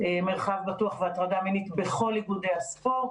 מרחב בטוח והטרדה מינית בכל איגודי הספורט.